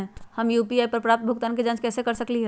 हम यू.पी.आई पर प्राप्त भुगतान के जाँच कैसे कर सकली ह?